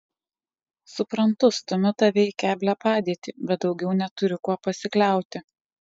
suprantu stumiu tave į keblią padėtį bet daugiau neturiu kuo pasikliauti